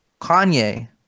Kanye